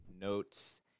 notes